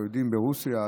על היהודים ברוסיה,